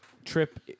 Trip